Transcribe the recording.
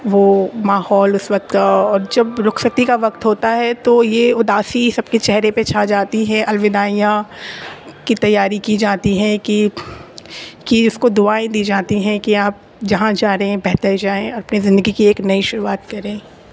وہ ماحول اس وقت کا اور جب رخصتی کا وقت ہوتا ہے تو یہ اداسی سب کے چہرے پہ چھا جاتی ہے الوداعیاں کی تیاری کی جاتی ہیں کہ کہ اس کو دعائیں دی جاتی ہیں کہ آپ جہاں جا رہے ہیں بہتر جائیں اور اپنی زندگی کی ایک نئی شروعات کریں